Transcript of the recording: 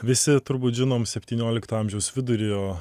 visi turbūt žinom septyniolikto amžiaus vidurio